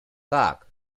tak